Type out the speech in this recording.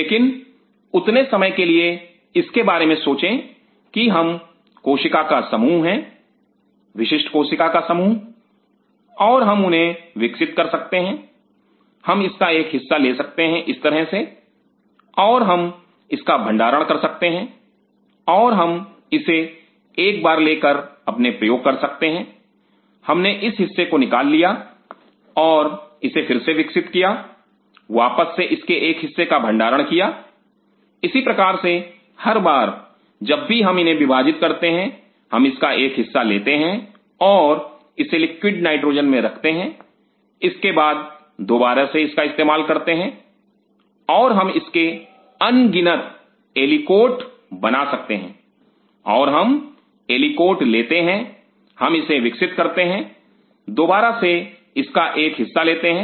लेकिन उतने समय के लिए इसके बारे में सोचें कि हम कोशिका का समूह है विशिष्ट कोशिका का समूह और हम उन्हें विकसित कर सकते हैं हम इसका एक हिस्सा ले सकते हैं इस तरह से और हम इसका भंडारण कर सकते हैं और हम इसे एक बार लेकर अपने प्रयोग कर सकते हैं हमने इस हिस्से को निकाल लिया और इसे फिर से विकसित किया वापस से इसके एक हिस्से का भंडारण किया इसी प्रकार से हर बार जब भी हम इन्हें विभाजित करते हैं हम इसका एक हिस्सा लेते हैं और इसे लिक्विड नाइट्रोजन में रखते हैं इसके बाद दोबारा से इसका इस्तेमाल करते हैं और हम इसके अनगिनत एलिकोट बना सकते हैं और हम एलिकोट लेते हैं हम इसे विकसित करते हैं और दोबारा से इसका एक हिस्सा लेते हैं